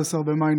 11 במאי,